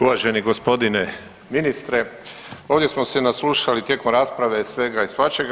Uvaženi gospodine ministre ovdje smo se naslušali tijekom rasprave svega i svačega.